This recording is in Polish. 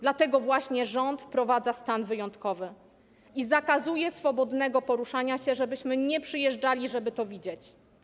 Dlatego właśnie rząd wprowadza stan wyjątkowy i zakazuje swobodnego poruszania się, żebyśmy nie przyjeżdżali, żeby to widzieć.